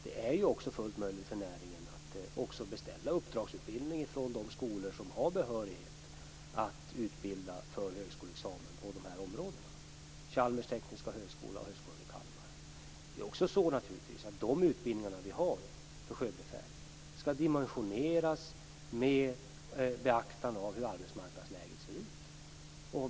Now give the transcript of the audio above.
Det är också fullt möjligt för näringen att beställa uppdragsutbildning från de skolor som har behörighet att utbilda för högskoleexamen på de här områdena, dvs. Chalmers tekniska högskola och Högskolan i Kalmar. De utbildningar vi har för sjöbefäl skall naturligtvis också dimensioneras med beaktande av hur arbetsmarknadsläget ser ut.